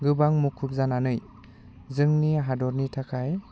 गोबां मुखुब जानानै जोंनि हादरनि थाखाय